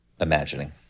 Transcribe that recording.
imagining